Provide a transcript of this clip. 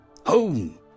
Home